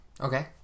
Okay